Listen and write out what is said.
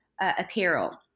apparel